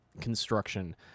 construction